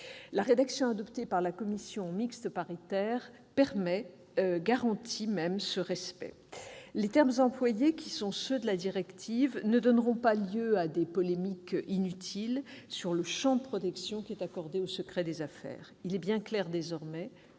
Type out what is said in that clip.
La rédaction adoptée par la commission mixte paritaire garantit ce respect. Les termes employés, qui sont ceux de la directive, ne donneront pas lieu à d'inutiles polémiques sur le champ de la protection accordée au secret des affaires. Il est bien clair, désormais,